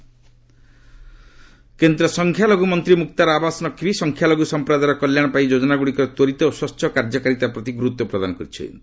ନକ୍ବି କେନ୍ଦ୍ର ସଂଖ୍ୟା ଲଘୁ ମନ୍ତ୍ରୀ ମୁକ୍ତାର ଆବାସ ନକ୍ବି ସଂଖ୍ୟାଲଘୁ ସଂପ୍ରଦାୟର କଲ୍ୟାଣ ପାଇଁ ଯୋଜନାଗୁଡ଼ିକର ତ୍ୱରିତ ଓ ସ୍ୱଚ୍ଚ କାର୍ଯ୍ୟକାରିତା ପ୍ରତି ଗୁରୁତ୍ୱ ପ୍ରଦାନ କରିଛନ୍ତି